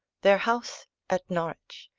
their house at norwich,